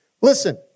Listen